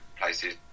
places